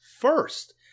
First